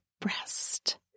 breast